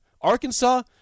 Arkansas